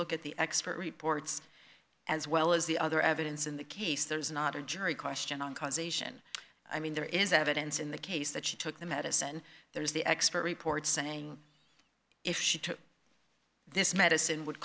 look at the expert reports as well as the other evidence in the case there is not a jury question on causation i mean there is evidence in the case that she took the medicine there is the expert reports saying if she took this medicine would